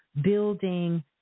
building